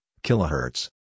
Kilohertz